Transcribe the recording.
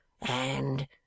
And